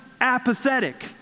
apathetic